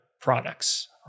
products